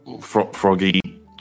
froggy